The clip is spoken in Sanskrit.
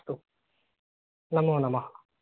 अस्तु नमो नमः